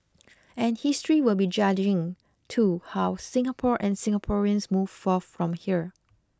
and history will be judging too how Singapore and Singaporeans move forth from here